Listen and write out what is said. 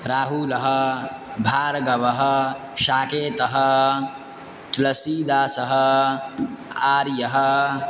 राहुलः भार्गवः साकेतः तुलसीदासः आर्यः